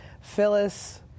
Phyllis